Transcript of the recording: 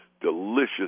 delicious